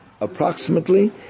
Approximately